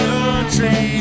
Country